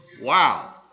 Wow